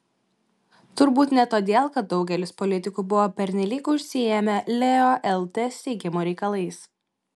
turbūt ne todėl kad daugelis politikų buvo pernelyg užsiėmę leo lt steigimo reikalais